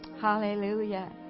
Hallelujah